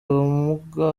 ubumuga